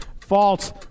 False